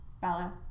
Bella